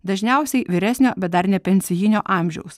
dažniausiai vyresnio bet dar ne pensijinio amžiaus